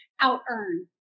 out-earn